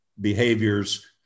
behaviors